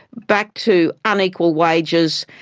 back to unequal wages.